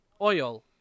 oil